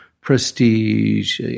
prestige